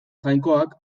jainkoak